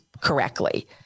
correctly